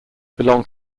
belong